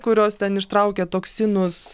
kurios ten ištraukia toksinus